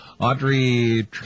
Audrey